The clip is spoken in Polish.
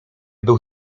był